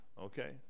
okay